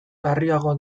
larriagoa